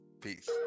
Peace